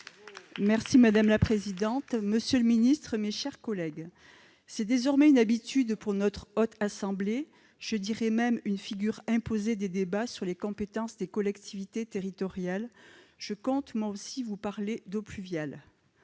Madame la présidente, monsieur le ministre, mes chers collègues, c'est désormais une habitude pour notre Haute Assemblée, je dirais même une figure imposée des débats sur les compétences des collectivités territoriales : je compte moi aussi vous parler d'eaux pluviales.